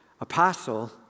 Apostle